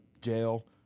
jail